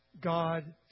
God